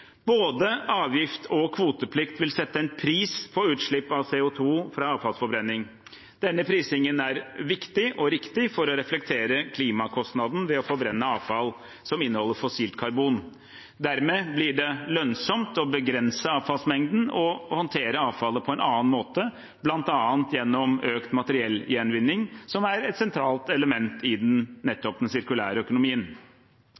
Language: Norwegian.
Både avgift og kvoteplikt vil sette en pris på utslipp av CO 2 fra avfallsforbrenning. Denne prisingen er viktig og riktig for å reflektere klimakostnaden ved å forbrenne avfall som inneholder fossilt karbon. Dermed blir det lønnsomt å begrense avfallsmengden og å håndtere avfallet på en annen måte, bl.a. gjennom økt materialgjenvinning, som er et sentralt element nettopp i den